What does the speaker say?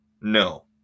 no